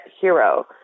Hero